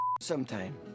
sometime